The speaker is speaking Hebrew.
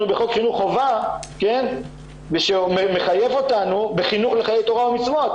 בחוק חינוך חובה מי שמחייב אותנו בחינוך לחיי תורה ומצוות?